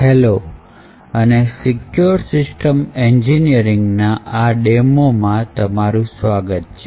hello અને secure system એન્જિનિયરિંગના આ ડેમોમા તમારું સ્વાગત છે